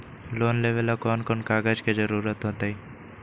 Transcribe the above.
Loan लेवेला कौन कौन कागज के जरूरत होतई?